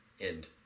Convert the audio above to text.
End